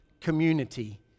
community